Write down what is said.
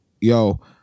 yo